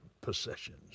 possessions